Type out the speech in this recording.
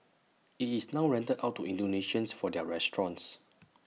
IT is now rented out to Indonesians for their restaurant